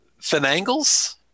Finangles